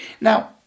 Now